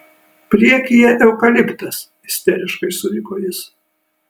priekyje eukaliptas isteriškai suriko jis